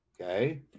Okay